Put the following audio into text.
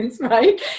right